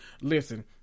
listen